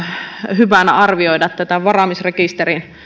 hyvänä arvioida tätä varaamisrekisterin